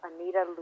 Anita